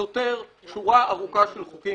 סותר שורה ארוכה של חוקים.